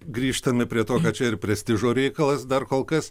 grįžtame prie to kad čia ir prestižo reikalas dar kol kas